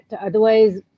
Otherwise